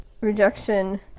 rejection